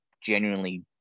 genuinely